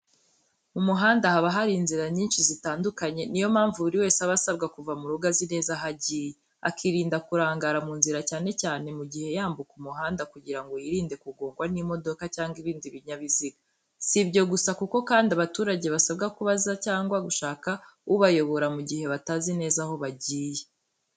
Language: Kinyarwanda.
Mu muhanda haba hari inzira nyinshi zitandukanye. Ni yo mpamvu buri wese asabwa kuva mu rugo azi neza aho agiye, akirinda kurangara mu nzira, cyane cyane mu gihe yambuka umuhanda kugira ngo yirinde kugongwa n’imodoka cyangwa ibindi binyabiziga. Si ibyo gusa, kuko kandi abaturage basabwa kubaza cyangwa gushaka ubayobora mu gihe batazi neza aho bagiye.